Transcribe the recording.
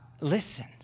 listen